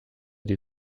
die